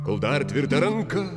kol dar tvirta ranka